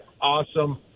awesome